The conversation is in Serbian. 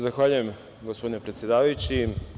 Zahvaljujem, gospodine predsedavajući.